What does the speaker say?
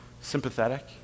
sympathetic